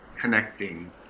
connecting